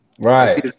Right